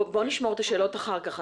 בוא נשמור את השאלות לאחר כך.